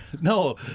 no